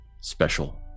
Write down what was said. Special